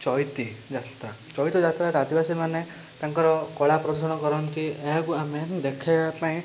ଚଇତି ଯାତ୍ରା ଚଇତି ଯାତ୍ରାଟା ଆଦିବାସୀମାନେ ତାଙ୍କର କଳା ପ୍ରଦର୍ଶନ କରନ୍ତି ଏହାକୁ ଆମେ ଦେଖେଇବା ପାଇଁ